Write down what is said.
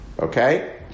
Okay